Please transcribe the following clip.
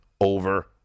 over